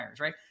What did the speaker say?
right